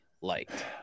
liked